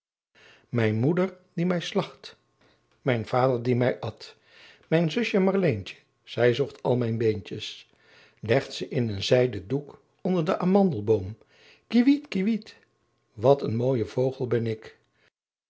mijn moeder die mij slacht mijn vader die mij at mijn zusje marleentje zij zocht al mijn beentjes legt ze in een zijden doek onder den amandelboom kiewit kiewit wat een mooie vogel ben ik